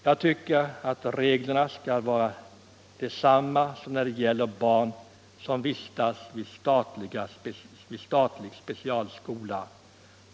Jag tycker att reglerna skall vara desamma som när det gäller barn som vistas vid statlig specialskola.